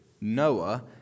Noah